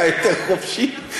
היה יותר חופשי,